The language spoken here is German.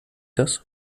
das